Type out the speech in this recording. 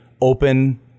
open